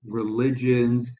religions